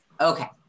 okay